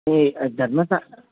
એ ધર્મસ્થળ